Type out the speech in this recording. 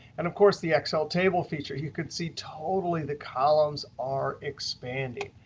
and, of course, the excel table feature. you could see totally the columns are expanding.